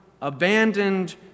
abandoned